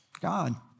God